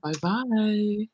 Bye-bye